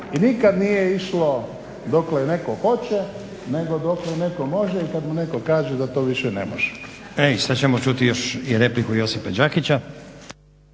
nikad nije išlo dokle netko hoće nego dokle netko može i kad mu netko kaže da to više ne može. **Stazić, Nenad (SDP)** I sad ćemo čuti još i repliku Josipa Đakića.